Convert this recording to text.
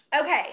Okay